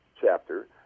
Chapter